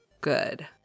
good